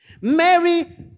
Mary